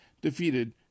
defeated